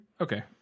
Okay